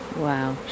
Wow